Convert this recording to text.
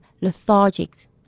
lethargic